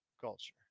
Culture